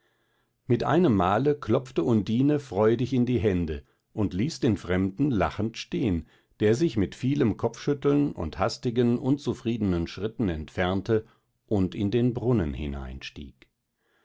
mit einem male klopfte undine freudig in die hände und ließ den fremden lachend stehn der sich mit vielem kopfschütteln und hastigen unzufriedenen schritten entfernte und in den brunnen hineinstieg